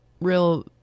real